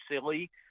silly